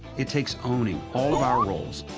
it takes owning all of our roles,